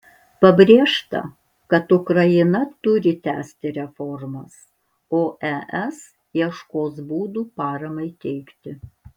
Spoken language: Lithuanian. pabrėžta kad ukraina turi tęsti reformas o es ieškos būdų paramai teikti